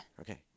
Okay